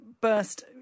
burst